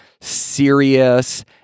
serious